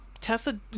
Tessa